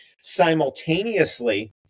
simultaneously